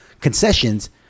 concessions